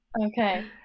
okay